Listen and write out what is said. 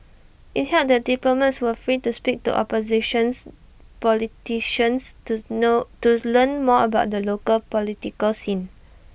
IT held that diplomats were free to speak to oppositions politicians to know to learn more about the local political scene